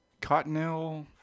Cottonelle